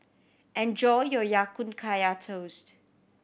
enjoy your Ya Kun Kaya Toast